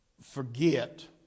forget